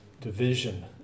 division